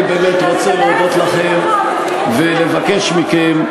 אני באמת רוצה להודות לכם ולבקש מכם,